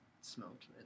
smoked